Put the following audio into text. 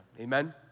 Amen